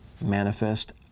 manifest